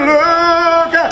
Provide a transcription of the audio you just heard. look